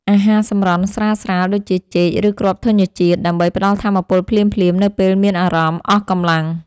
អាហារសម្រន់ស្រាលៗដូចជា ចេក ឬគ្រាប់ធញ្ញជាតិ ដើម្បីផ្ដល់ថាមពលភ្លាមៗនៅពេលមានអារម្មណ៍អស់កម្លាំង។